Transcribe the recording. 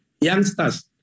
youngsters